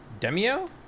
Demio